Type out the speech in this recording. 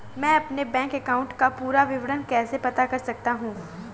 मैं अपने bank account का पूरा विवरण कैसे पता कर सकता हूँ?